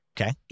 Okay